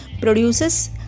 produces